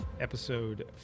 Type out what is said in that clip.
episode